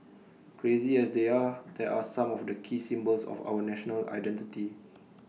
crazy as they are there are some of the key symbols of our national identity